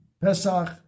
Pesach